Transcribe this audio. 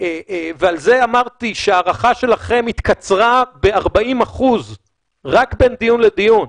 ועל זה אמרתי שההערכה שלכם התקצרה ב-40% רק בין דיון לדיון,